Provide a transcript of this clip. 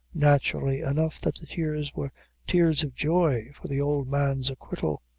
naturally enough, that the tears were tears of joy for the old man's acquittal.